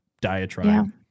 diatribe